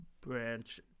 branch